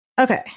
Okay